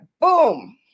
boom